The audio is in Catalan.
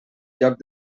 lloc